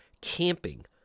camping